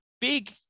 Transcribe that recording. Big